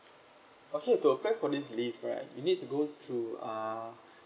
okay to apply for this leave right you need to go to uh